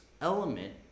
element